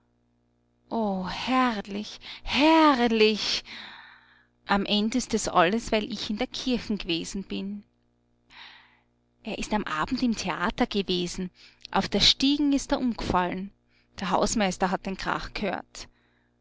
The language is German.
herrlich herrlich am end ist das alles weil ich in der kirchen g'wesen bin er ist am abend im theater g'wesen auf der stiegen ist er umg'fallen der hausmeister hat den krach gehört